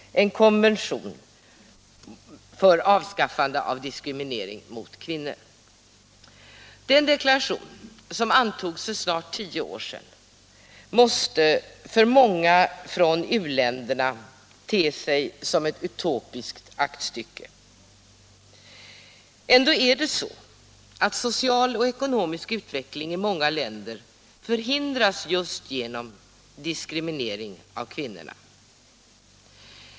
Den deklaration som antogs för snart tio år sedan måste för många från u-länderna te sig som ett utopiskt aktstycke. Ändå är det så att social och ekonomisk utveckling i många länder hindras just genom diskrimineringen av kvinnorna.